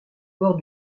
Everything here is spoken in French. bord